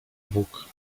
bóg